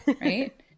Right